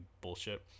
bullshit